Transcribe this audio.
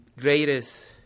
greatest